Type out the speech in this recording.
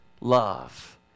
love